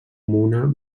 una